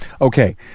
Okay